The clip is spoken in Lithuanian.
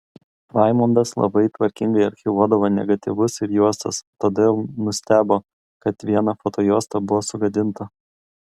raimundas labai tvarkingai archyvuodavo negatyvus ir juostas todėl nustebo kad viena fotojuosta buvo sugadinta